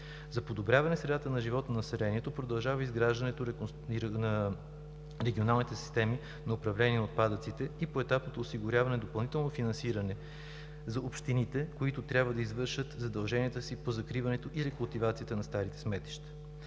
За подобряване средата на живот на населението продължава изграждането на регионалните системи за управление на отпадъците и поетапното осигуряване на допълнително финансиране за общините, които трябва да изпълнят задълженията си по закриването и рекултивацията на старите сметища.